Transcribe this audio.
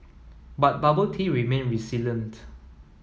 but bubble tea remained resilient